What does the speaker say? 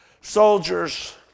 soldiers